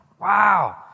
Wow